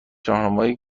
راهنمای